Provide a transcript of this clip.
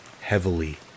heavily